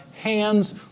hands